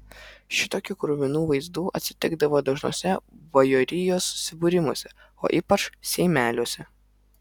šitokių kruvinų vaizdų atsitikdavo dažnuose bajorijos susibūrimuose o ypač seimeliuose